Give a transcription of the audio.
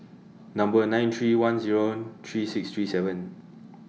Number nine three one Zero three six three seven